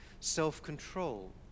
self-control